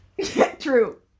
True